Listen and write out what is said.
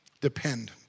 Depend